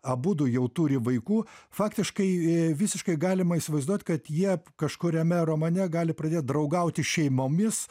abudu jau turi vaikų faktiškai visiškai galima įsivaizduot kad jie kažkuriame romane gali pradėt draugauti šeimomis